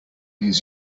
his